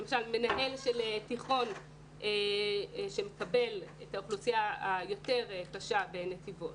מנהל של תיכון שמקבל את האוכלוסייה היותר קשה בנתיבות